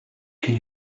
can